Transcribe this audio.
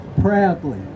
proudly